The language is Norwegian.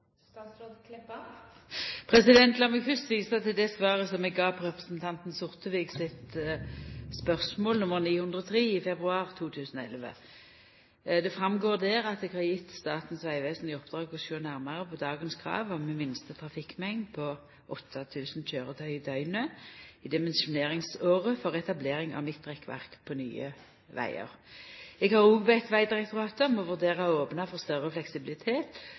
meg fyrst visa til det svaret som eg gav på representanten Sortevik sitt spørsmål nr. 903 i februar 2011. Det går fram der at eg har gjeve Statens vegvesen i oppdrag å sjå nærare på dagens krav om minste trafikkmengd på 8 000 køyretøy i døgeret i dimensjoneringsåret for etablering av midtrekkverk på nye vegar. Eg har òg bede Vegdirektoratet om å vurdera å opna for større fleksibilitet